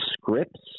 scripts